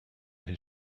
his